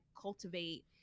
cultivate